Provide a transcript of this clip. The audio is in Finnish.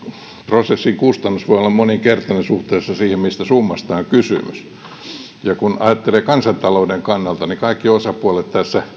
prosessin kustannus voi olla moninkertainen suhteessa siihen mistä summasta on kysymys kun ajattelee kansantalouden kannalta niin tässä kaikki osapuolet